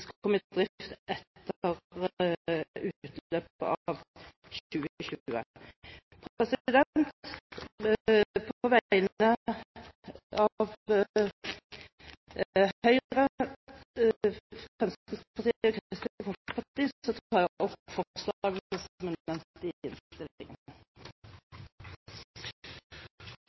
i drift etter utløpet av 2020. På vegne av Høyre, Fremskrittspartiet og Kristelig Folkeparti tar jeg opp